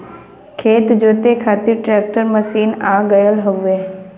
खेत जोते खातिर ट्रैकर मशीन आ गयल हउवे